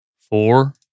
four